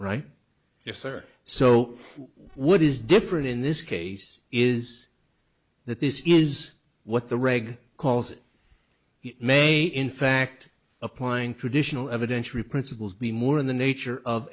right there sir so what is different in this case is that this is what the reg calls it may in fact applying traditional evidentiary principles be more in the nature of